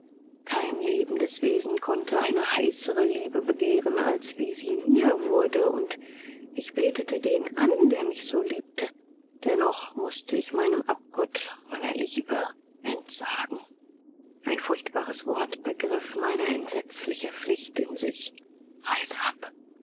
kein lebendes wesen konnte eine heißere liebe begehren als wie sie mir wurde und ich betete den an der mich so liebte dennoch mußte ich meinem abgott meiner liebe entsagen ein furchtbares wort begriff meine entsetzliche pflicht in sich reise ab